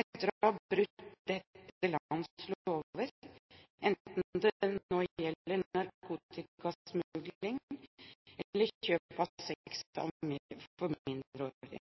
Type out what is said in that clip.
etter å ha brutt dette lands lover, enten det gjelder narkotikasmugling eller kjøp av sex fra mindreårige.